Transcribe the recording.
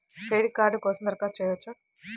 Credit card కోసం దరఖాస్తు చేయవచ్చా?